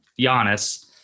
Giannis